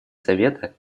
совета